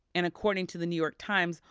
and, according to the new york times,